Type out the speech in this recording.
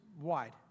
wide